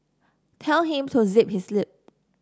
tell him to zip his lip